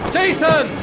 Jason